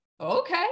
okay